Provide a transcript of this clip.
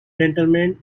gentlemen